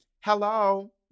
Hello